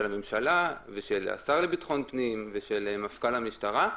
הממשלה ושל השר לביטחון פנים ושל מפכ"ל המשטרה,